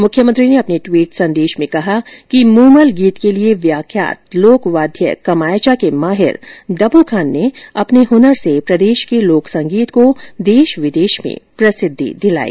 मुख्यमंत्री ने अपने ट्वीट संदेश में कहा कि मूमल गीत के लिए व्याख्यात लोकवाद्य कमायचा के माहिर दपु खान ने अपने हुनर से प्रदेश के लोक संगीत को देश विदेश में प्रसिद्धि दिलाई